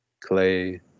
Clay